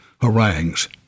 harangues